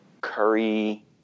Curry